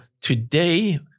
today